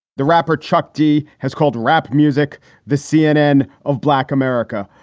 the rapper chuck d has called rap music the cnn of black america.